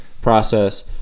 process